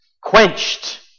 quenched